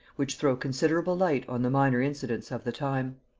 which throw considerable light on the minor incidents of the time.